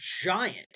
giant